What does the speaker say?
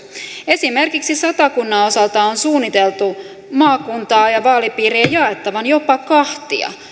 esimerkiksi satakunnan osalta on suunniteltu maakuntaa ja ja vaalipiiriä jaettavan jopa kahtia